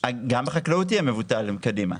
גם החקלאות יהיה מבוטל קדימה.